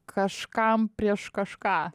kažkam prieš kažką